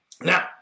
Now